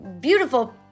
beautiful